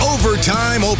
Overtime